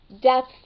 depth